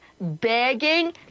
begging